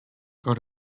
got